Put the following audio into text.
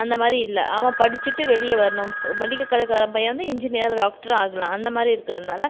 அந்த மாதிரி இல்லை அவன் படிச்சுட்டு வெளியே வரணும் மளிகை கடை காரர் பையன் வந்து இன்ஜினியர் டாக்ட்ரு ஆகலாம் அந்த மாதிரி இருக்கிறதுனால